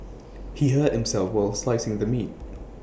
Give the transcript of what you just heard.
he hurt himself while slicing the meat